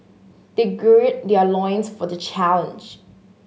they gird their loins for the challenge